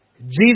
Jesus